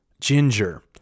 ginger